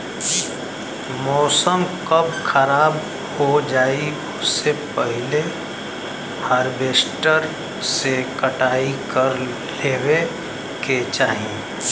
मौसम कब खराब हो जाई ओसे पहिले हॉरवेस्टर से कटाई कर लेवे के चाही